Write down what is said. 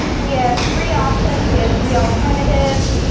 we have three options. we have three alternatives.